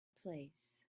place